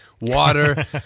water